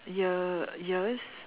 ear ears